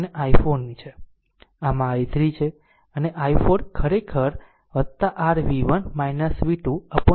આમ આ i3 છે અને i4 ખરેખર r v1 v2 upon 6 છે